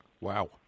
Wow